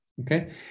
Okay